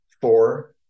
Four